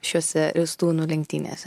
šiose ristūnų lenktynėse